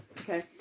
Okay